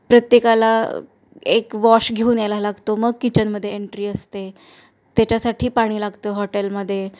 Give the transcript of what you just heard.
प्रत्येकाला एक वॉश घेऊन यायला लागतो मग किचनमध्ये एंट्री असते त्याच्यासाठी पाणी लागतं हॉटेलमध्ये